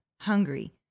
hungry